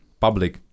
public